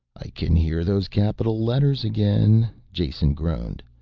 i can hear those capital letters again, jason groaned.